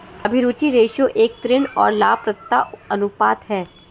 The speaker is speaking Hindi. अभिरुचि रेश्यो एक ऋण और लाभप्रदता अनुपात है